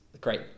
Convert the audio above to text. great